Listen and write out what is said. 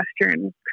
Western